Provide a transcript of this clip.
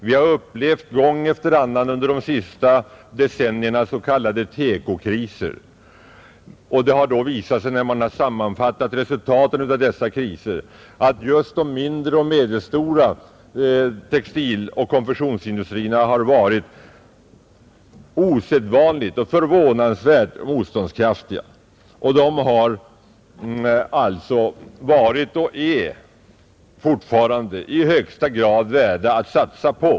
Vi har gång efter annan under de senaste decennierna upplevt s.k. TEKO-kriser, och när man har sammanfattat resultaten av dessa kriser har det visat sig att just de mindre och medelstora textiloch konfektionsindustrierna har varit förvånansvärt motståndskraftiga. De har alltså varit och är fortfarande i högsta grad värda att satsa på.